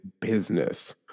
business